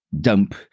dump